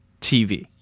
TV